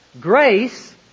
Grace